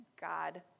God